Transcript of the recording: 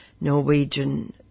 Norwegian